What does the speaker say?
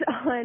on